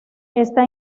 está